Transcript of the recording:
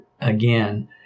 again